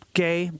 gay